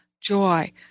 joy